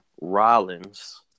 Rollins